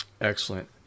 Excellent